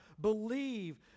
Believe